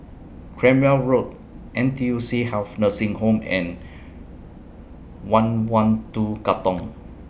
Cranwell Road N T U C Health Nursing Home and one one two Katong